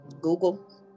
Google